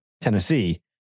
Tennessee